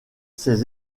ses